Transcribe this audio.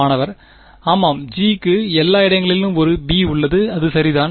மாணவர் ஆமாம் G க்கு எல்லா இடங்களிலும் ஒரு b உள்ளது அது சரிதான்